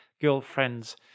girlfriends